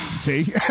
see